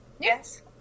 Yes